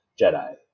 Jedi